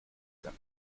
them